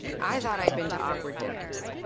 i thought i'd been to awkward dinners.